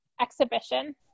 exhibition